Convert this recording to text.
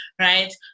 right